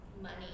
money